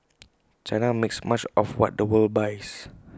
China makes much of what the world buys